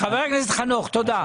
חבר הכנסת חנוך, תודה.